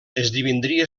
esdevindria